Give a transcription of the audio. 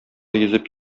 йөзеп